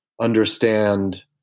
understand